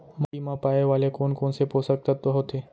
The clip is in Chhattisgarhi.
माटी मा पाए वाले कोन कोन से पोसक तत्व होथे?